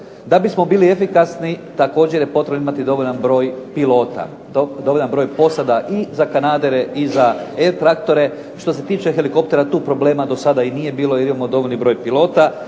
Da bismo bili efikasni također je potrebno imati dovoljan broj pilota, dovoljan broj posada i za kanadere i za e-traktore. Što se tiče helikoptera tu problema do sada i nije bilo jer imamo dovoljni broj pilota.